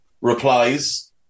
replies